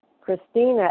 Christina